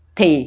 thì